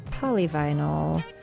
Polyvinyl